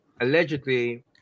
allegedly